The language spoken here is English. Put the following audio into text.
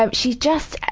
ah she's just.